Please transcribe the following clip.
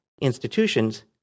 institutions